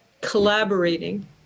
collaborating